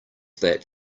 that